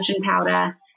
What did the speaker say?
powder